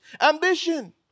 ambition